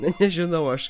nežinau aš